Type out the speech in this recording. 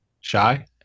Shy